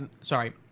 sorry